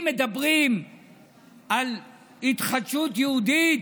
מדברים על התחדשות יהודית.